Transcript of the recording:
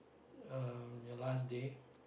uh your last day